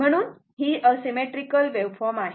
म्हणून ही asymmetrical waveform आहे